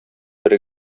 бер